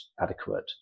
adequate